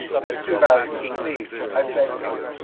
they're too valuable, please, i beg of you.